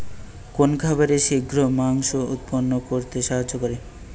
কোন খাবারে শিঘ্র মাংস উৎপন্ন করতে সাহায্য করে?